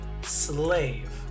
slave